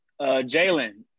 Jalen